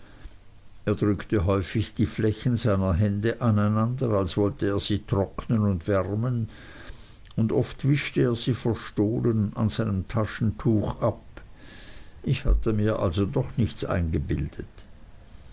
er drückte häufig die flächen seiner hände aneinander als wollte er sie trocknen und wärmen und oft wischte er sie verstohlen an seinem taschentuch ab ich hatte mir also doch nichts eingebildet